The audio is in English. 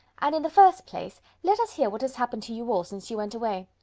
and in the first place, let us hear what has happened to you all since you went away.